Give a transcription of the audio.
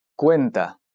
Cuenta